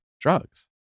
drugs